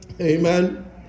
Amen